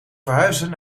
verhuizen